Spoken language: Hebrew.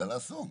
בגלל האסון.